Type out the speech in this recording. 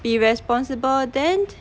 be responsible then